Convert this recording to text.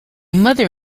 mother